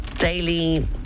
Daily